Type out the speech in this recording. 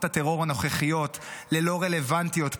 הטרור הנוכחיות ללא רלוונטיות פוליטית,